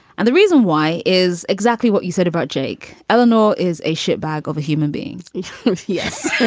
and the reason why is exactly what you said about jake. eleanor is a shit bag of human beings yes,